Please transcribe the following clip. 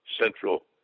central